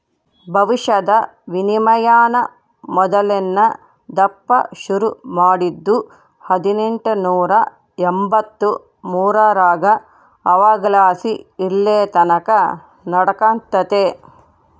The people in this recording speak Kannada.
ಭವಿಷ್ಯದ ವಿನಿಮಯಾನ ಮೊದಲ್ನೇ ದಪ್ಪ ಶುರು ಮಾಡಿದ್ದು ಹದಿನೆಂಟುನೂರ ಎಂಬಂತ್ತು ಮೂರರಾಗ ಅವಾಗಲಾಸಿ ಇಲ್ಲೆತಕನ ನಡೆಕತ್ತೆತೆ